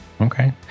Okay